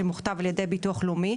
שמוכתב על ידי הביטוח הלאומי.